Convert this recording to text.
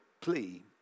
plea